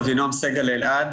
אבינועם סגל אלעד,